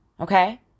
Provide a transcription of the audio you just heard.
Okay